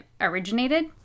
originated